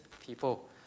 people